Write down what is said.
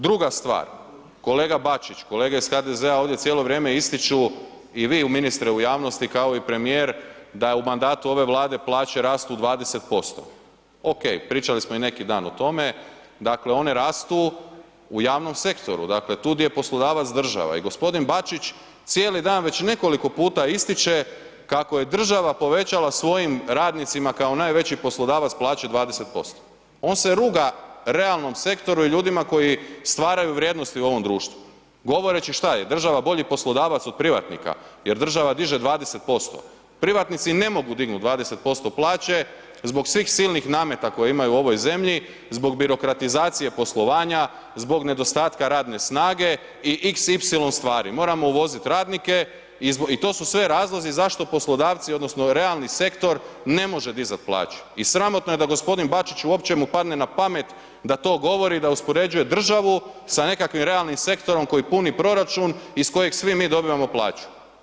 Druga stvar, kolega Bačić, kolege iz HDZ-a ovdje cijelo vrijeme ističu i vi ministre u javnosti kao i premijer da je u mandatu ove Vlade plaće rastu 20%, okej pričali smo i neki dan o tome, dakle one rastu u javnom sektoru, dakle tu di je poslodavac država i g. Bačić cijeli dan već nekoliko puta ističe kako je država povećala svojim radnicima kao najveći poslodavac plaće 20%, on se ruga realnom sektoru i ljudima koji stvaraju vrijednosti u ovom društvu govoreći šta je država bolji poslodavac od privatnika jer država diže 20%, privatnici ne mogu dignuti 20% plaće zbog svih silnih nameta koje imaju u ovoj zemlji, zbog birokratizacije poslovanja, zbog nedostatka radne snage i xy stvari, moramo uvozit radnike i to su sve razlozi zašto poslodavci odnosno realni sektor ne može dizat plaću i sramotno je da g. Bačić uopće mu padne na pamet da to govori da uspoređuje državu sa nekakvim realnim sektorom koji puni proračun iz kojeg svi mi dobivamo plaću.